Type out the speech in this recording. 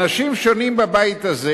אנשים שונים בבית הזה,